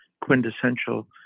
quintessential